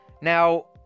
now